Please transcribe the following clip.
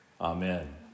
Amen